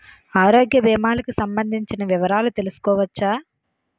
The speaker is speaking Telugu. ఆరోగ్య భీమాలకి సంబందించిన వివరాలు తెలుసుకోవచ్చా?